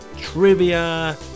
trivia